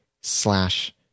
slash